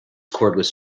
cordless